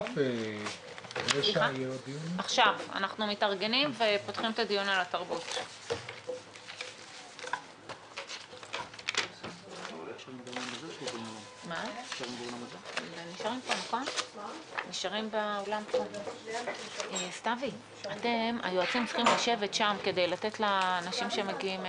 ננעלה בשעה 12:15.